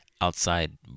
outside